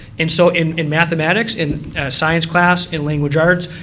and so in in mathematics, in science class, in language arts,